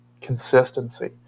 consistency